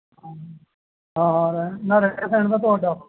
ਹਾਂ ਹਾਂ ਹਾਂ ਰਹਿਣ ਨਾ ਰਹਿਣ ਸਹਿਣ ਦਾ ਤੁਹਾਡਾ ਹੋਊ